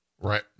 Right